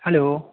hello